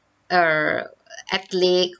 err athlete